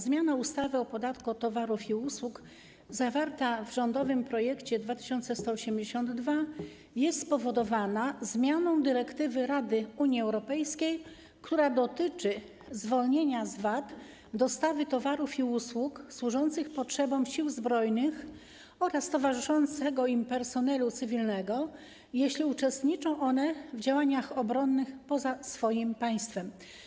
Zmiana ustawy o podatku od towarów i usług zawarta w rządowym projekcie nr 2182 jest spowodowana zmianą dyrektywy Rady Unii Europejskiej, która dotyczy zwolnienia z VAT dostawy towarów i usług służących potrzebom sił zbrojnych oraz towarzyszącego im personelu cywilnego, jeśli uczestniczą one w działaniach obronnych poza swoim państwem.